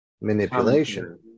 manipulation